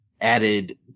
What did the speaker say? added